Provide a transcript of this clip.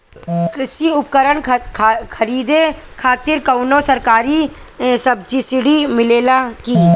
कृषी उपकरण खरीदे खातिर कउनो सरकारी सब्सीडी मिलेला की?